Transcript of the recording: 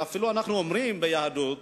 ביהדות